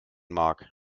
mag